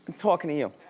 talking to you.